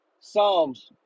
Psalms